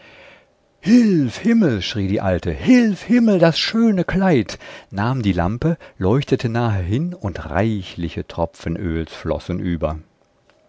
hilf himmel schrie die alte hilf himmel das schöne kleid nahm die lampe leuchtete nahe hin und reichliche tropfen öls flossen über